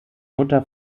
mutter